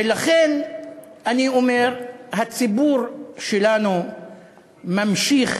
ולכן אני אומר שהציבור שלנו ממשיך